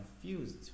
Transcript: confused